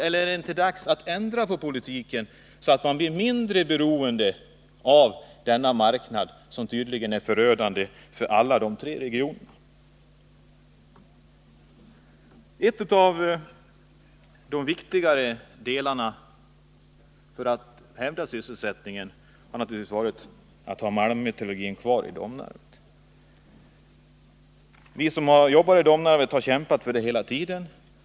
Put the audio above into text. Eller är det inte dags att ändra på politiken så att man blir mindre beroende av denna marknad, som tydligen är förödande för alla de här tre regionerna? En av de viktigare delarna i strävan att hävda sysselsättningen skulle naturligtvis ha varit att ha malmmetallurgin kvar i Domnarvet. Vi som arbetar i Domnarvet har kämpat för detta hela tiden.